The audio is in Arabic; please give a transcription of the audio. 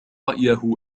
رأيه